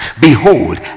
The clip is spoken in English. Behold